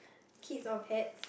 kids or pets